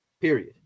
period